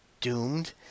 doomed